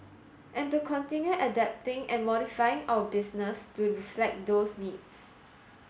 and to continue adapting and modifying our business to reflect those needs